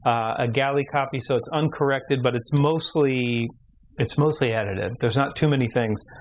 a galley copy so it's uncorrected, but it's mostly it's mostly edited. there's not too many things.